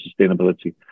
sustainability